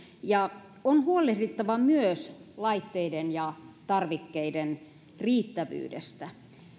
ja on huolehdittava myös laitteiden ja tarvikkeiden riittävyydestä